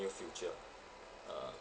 near future a'ah